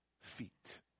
feet